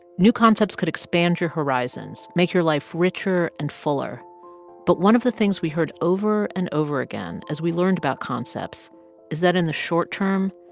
new concepts could expand your horizons, make your life richer and fuller but one of the things we heard over and over again as we learned about concepts is that, in the short term,